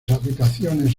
habitaciones